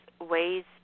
ways